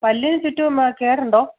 പല്ലിന് ചുറ്റും കേടുണ്ടോ